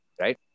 Right